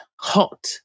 hot